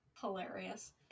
Hilarious